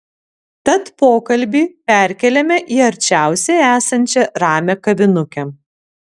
tad pokalbį perkeliame į arčiausiai esančią ramią kavinukę